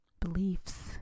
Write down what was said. beliefs